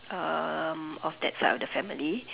um of that side of the family